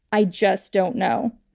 i just don't know.